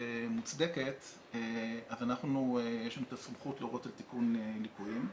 מוצדקת יש לנו את הסמכות להורות על תיקון ליקויים,